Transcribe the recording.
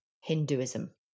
Hinduism